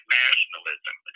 nationalism